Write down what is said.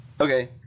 okay